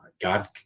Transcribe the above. God